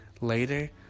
later